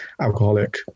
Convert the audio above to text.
alcoholic